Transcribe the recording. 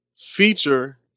feature